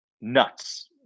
nuts